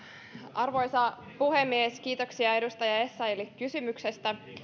arvoisa puhemies kiitoksia edustaja essayahille kysymyksestä